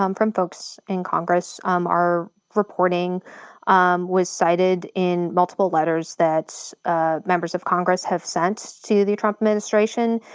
um from folks in congress. um our reporting um was cited in multiple letters that ah members of congress have sent to the trump administration,